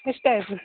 ಎಷ್ಟು ಆಯಿತು